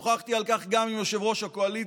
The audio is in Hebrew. שוחחתי על כך גם עם יושב-ראש הקואליציה,